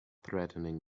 threatening